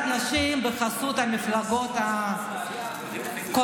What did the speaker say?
הדרת נשים בחסות מפלגות הקואליציה.